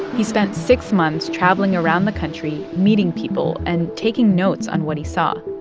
he spent six months travelling around the country, meeting people and taking notes on what he saw,